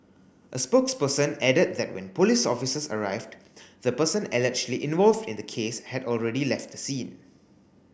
a spokesperson added that when police officers arrived the person allegedly involved in the case had already left the scene